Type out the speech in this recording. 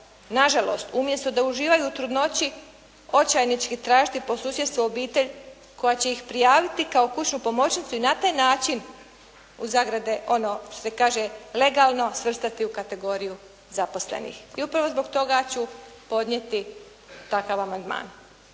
na žalost umjesto da uživaju u trudnoći, očajnički tražiti po susjedstvu obitelj koja će ih prijaviti kao kućnu pomoćnicu i na taj način u zagrade ono što se kaže legalno svrstati u kategoriju zaposlenih. I upravo zbog toga ću podnijeti takav amandman.